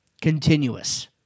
continuous